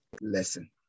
lesson